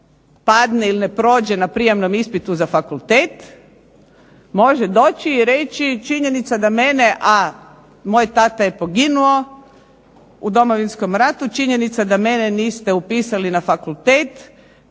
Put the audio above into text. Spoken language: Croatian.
padne ili ne prođe na prijamnom ispitu za fakultet može doći i reći činjenica je da mene, a moj tata je poginuo u Domovinskom ratu, činjenica je da mene niste upisali na fakultet.